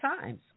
times